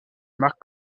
mark